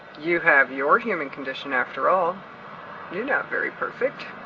you have your human condition after all. you're not very perfect.